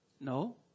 No